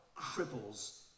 cripples